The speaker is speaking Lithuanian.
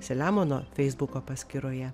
seliamono feisbuko paskyroje